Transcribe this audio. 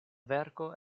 verko